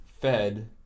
fed